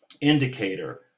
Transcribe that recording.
indicator